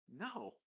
No